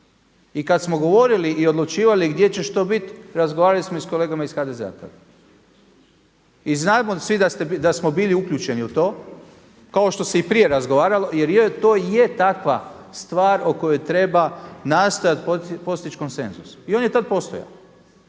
I kad smo govorili i odlučivali gdje će što biti razgovarali smo i sa kolegama iz HDZ-a tad i znamo svi da smo bili uključeni u to kao što se i prije razgovaralo jer to i je takva stvar o kojoj treba nastojati postići konsenzus. I on je tad postojao.